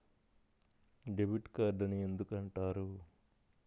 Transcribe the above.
Debit card అని ఎందుకు అంటారు?